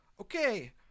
okay